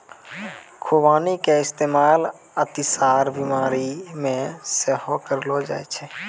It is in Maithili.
खुबानी के इस्तेमाल अतिसार बिमारी मे सेहो करलो जाय छै